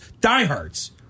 diehards